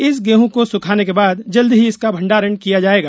इस गेहूं को सुखाने के बाद जल्द ही इसका भण्डारण किया जायेगा